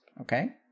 okay